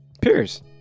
Peers